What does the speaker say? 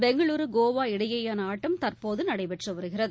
பெங்களுரு கோவா இடையேயான ஆட்டம் தற்போது நடைபெற்று வருகிறது